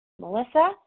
Melissa